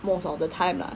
most of the time lah